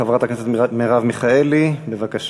חברת הכנסת מרב מיכאלי, בבקשה.